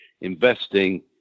investing